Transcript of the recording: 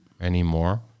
anymore